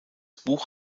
buch